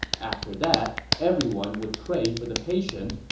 after that, everyone would pray for the patient,